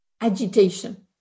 agitation